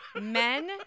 Men